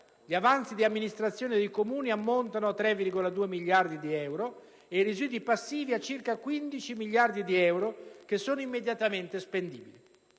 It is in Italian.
Gli avanzi di amministrazione dei Comuni ammontano a 3,2 miliardi di euro ed i residui passivi a circa 15 miliardi di euro, che sono immediatamente spendibili.